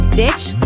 ditch